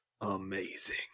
amazing